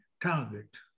target